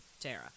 Tara